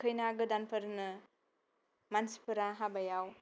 खैना गोदानफोरनो मानसिफोरा हाबायाव